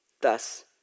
Thus